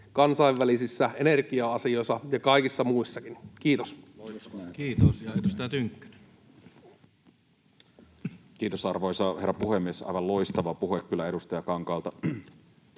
kansainvälisissä energia-asioissa ja kaikissa muissakin? — Kiitos. Kiitos. — Ja edustaja Tynkkynen. Kiitos, arvoisa herra puhemies! Aivan loistava puhe kyllä edustaja Kankaalta.